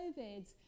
covid